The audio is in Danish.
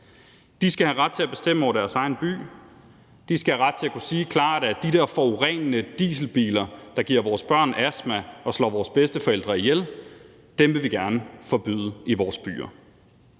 De skal have ret til at bestemme over deres egen by. De skal have ret til at kunne sige klart, at de der forurenende dieselbiler, der giver vores børn astma og slår vores bedsteforældre ihjel, vil vi gerne forbyde i vores byer.